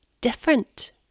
different